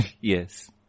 Yes